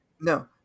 No